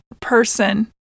person